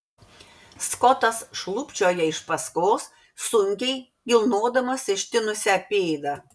skotas šlubčioja iš paskos sunkiai kilnodamas ištinusią pėdą